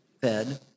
fed